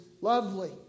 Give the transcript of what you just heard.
lovely